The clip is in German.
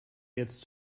jetzt